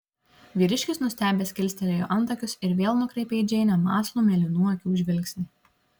vyriškis nustebęs kilstelėjo antakius ir vėl nukreipė į džeinę mąslų mėlynų akių žvilgsnį